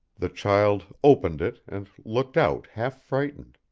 the child opened it and looked out half frightened.